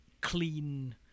clean